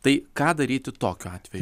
tai ką daryti tokiu atveju